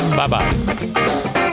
Bye-bye